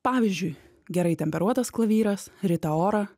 pavyzdžiui gerai temperuotas klavyras rita ora